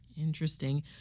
Interesting